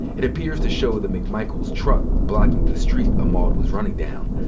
it appears to show the mcmichaels' truck blocking the street ahmaud was running down.